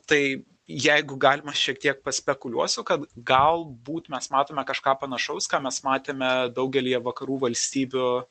tai jeigu galima šiek tiek paspekuliuosiu kad galbūt mes matome kažką panašaus ką mes matėme daugelyje vakarų valstybių